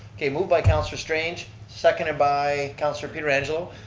okay, move by councillor strange, seconded by councillor pietrangelo,